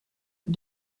est